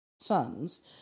sons